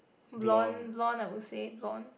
blond blond I would say blond